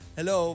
Hello